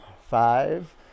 Five